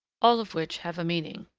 all of which have a meaning.